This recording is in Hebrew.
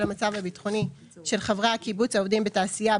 המצב הביטחוני של חברי הקיבוץ העובדים בתעשייה,